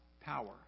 power